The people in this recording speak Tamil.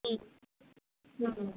ம் ம்